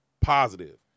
positive